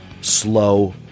slow